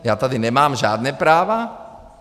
Já tady nemám žádná práva?